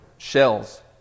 shells